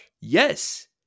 Yes